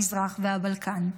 המזרח והבלקן.